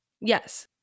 Yes